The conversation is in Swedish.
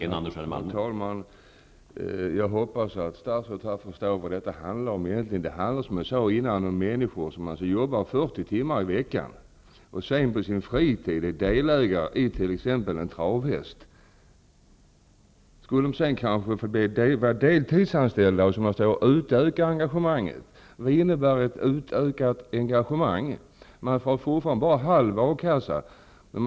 Herr talman! Jag hoppas att statsrådet förstår vad denna fråga handlar om egentligen. Det handlar om människor som arbetar 40 timmar i veckan och sedan på sin fritid är delägare i t.ex. en travhäst. Vid en deltidsanställning kanske de utökar engagemanget. Vad innebär ett utökat engagemang? De får fortfarande endast halv ersättning från A-kassan.